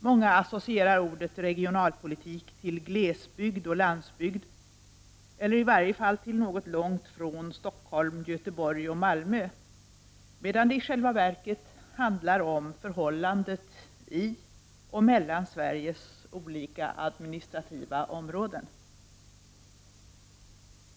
Många associerar ordet ”regionalpolitik” till glesbygd och landsbygd eller i varje fall till något långt från Stockholm, Göteborg och Malmö, medan det i själva verket handlar om förhållandet i och mellan Sveriges olika administrativa områden.